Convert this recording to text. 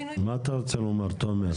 מה אתה רוצה לומר, תומר?